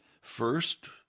First